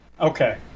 Okay